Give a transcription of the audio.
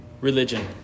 religion